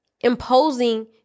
imposing